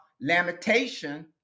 lamentation